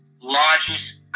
largest